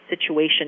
situation